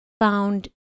found